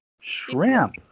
shrimp